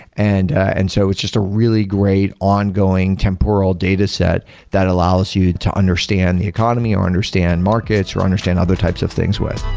and and so it's just a really great ongoing temporal dataset that allows you to understand the economy or understand markets or understand other types of things with.